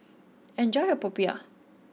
enjoy your Popiah